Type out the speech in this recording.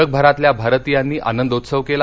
जगभरातल्या भारतीयांनी आनंदोत्सव केला